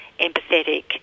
empathetic